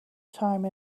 time